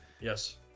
Yes